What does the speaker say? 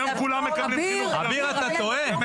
היום כולם מקבלים חינוך גרוע,